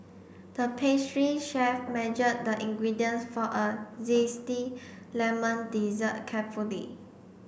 the pastry chef measured the ingredients for a zesty lemon dessert carefully